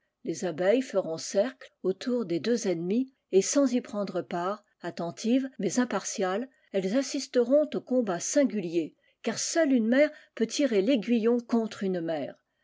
les abeilles feront cercle autour des deux ennemies et sans y prendre part attentives mais impartiales elles assisteront au combat singulier car seule une mère peut tirer l'aiguillon contre une mère